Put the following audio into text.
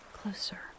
closer